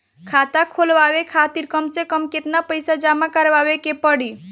खाता खुलवाये खातिर कम से कम केतना पईसा जमा काराये के पड़ी?